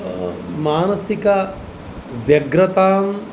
मानसिकव्यग्रतां